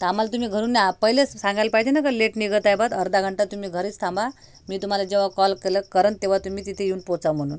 तर आम्हाला तुम्ही घरून नाही पहिलेच सांगायला पाहिजे ना का लेट निघत आहे बा तर अर्धा घंटा तुम्ही घरीच थांबा मी तुम्हाला जेव्हा कॉल कल करेन तेव्हा तुम्ही तिथे येऊन पोचा म्हणून